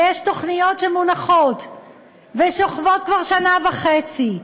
ויש תוכניות שמונחות ושוכבות כבר שנה וחצי,